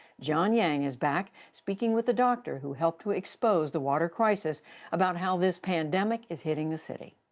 john yang is back, speaking with the doctor who helped to expose the water crisis about how this pandemic is hitting the city.